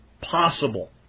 possible